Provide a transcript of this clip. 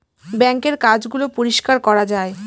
বাঙ্কের কাজ গুলো পরিষ্কার করা যায়